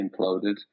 imploded